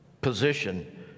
Position